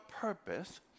purpose